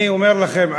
אני אומר לכם,